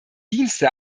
dienste